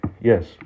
yes